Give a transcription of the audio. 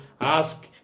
Ask